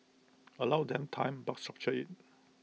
allow them time but structure IT